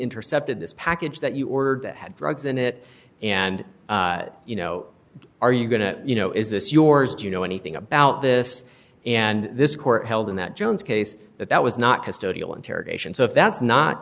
intercepted this package that you ordered that had drugs in it and you know are you going to you know is this yours do you know anything about this and this court held in that jones case that that was not custodial interrogation so if that's not